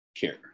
care